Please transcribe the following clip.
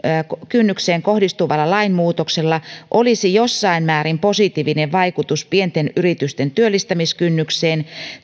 kohdistuvalla lainmuutoksella olisi jossakin määrin positiivinen vaikutus pienten yritysten työllistämiskynnykseen